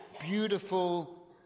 beautiful